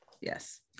Yes